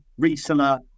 reseller